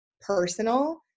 personal